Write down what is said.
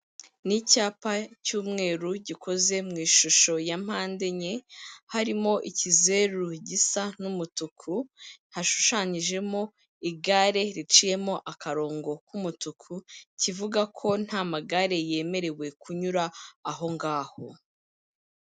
Ni icyapa cy'umweru gikoze mu ishusho ya mpandenye, harimo ikizeru gisa n'umutuku, hashushanyijemo igare riciyemo akarongo k'umutuku, kivuga ko nta magare yemerewe kunyura aho ngaho.